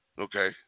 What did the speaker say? Okay